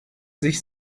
sich